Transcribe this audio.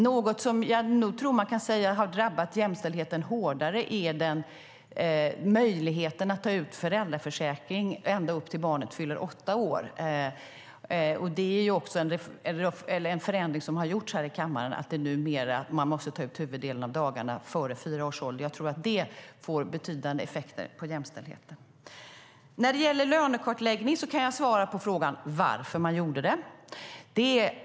Något som jag tror har drabbat jämställdheten hårdare är ändring i möjligheten att ta ut föräldraförsäkring ända tills barnet fyller åtta år. En förändring som har gjorts i kammaren är att man numera måste ta ut huvuddelen av dagarna innan barnet fyller fyra år. Det tror jag får betydande effekter på jämställdheten. När det gäller lönekartläggning kan jag svara på frågan varför man gjorde det man gjorde.